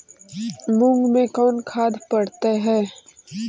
मुंग मे कोन खाद पड़तै है?